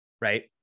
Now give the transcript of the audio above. right